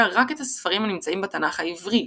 רק את הספרים הנמצאים בתנ"ך העברי,